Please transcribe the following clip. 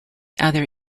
other